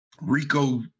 Rico